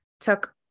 took